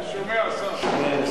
אני שומע, השר.